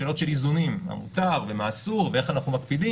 שאלות של איזונים מה מותר ומה אסור ואיך אנחנו מקפידים